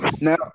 Now